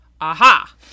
aha